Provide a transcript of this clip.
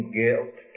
guilt